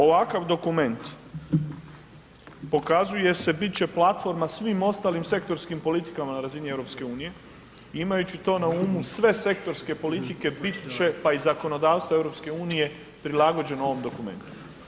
Ovakav dokument pokazuje se, bit će platforma svim ostalim sektorskim politikama na razini EU, imajući to na umu sve sektorske politike bit će, pa i zakonodavstvo EU prilagođeno ovom dokumentu.